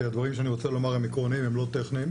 כי הדברים שאני רוצה לומר הם עקרוניים ולא טכניים.